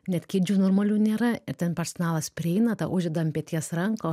net kėdžių normalių nėra ir ten personalas prieina tau uždeda ant peties ranką